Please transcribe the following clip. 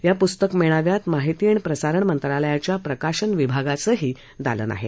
या पुस्तक मेळाव्यात माहिती आणि प्रसारण मंत्रालयाच्या प्रकाशन विभागाचंही दालन आहे